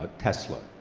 ah tesla.